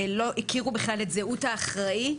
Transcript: שלא הכירו בכלל את זהות האחראי,